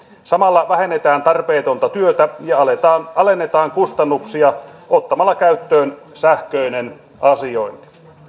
samalla vähennetään tarpeetonta työtä ja alennetaan kustannuksia ottamalla käyttöön sähköinen asiointi